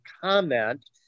comment